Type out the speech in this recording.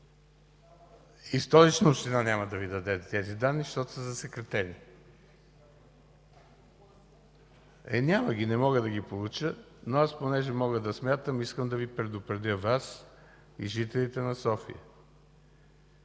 И Столична община няма да Ви даде тези данни, защото са засекретени. Няма ги, не мога да ги получа. Но понеже мога да смятам, искам да Ви предупредя – Вас и жителите на София,